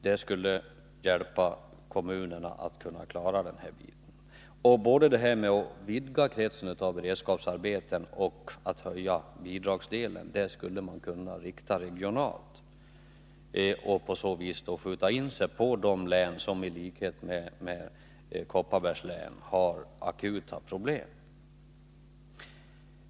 Det skulle hjälpa kommunerna att klara den här biten. Både detta att vidga kretsen av beredskapsarbeten och att höja bidragsdelen skulle man kunna 165 rikta regionalt och på så vis skjuta in sig på de län som i likhet med Kopparbergs län har akuta problem.